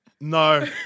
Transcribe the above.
no